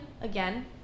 again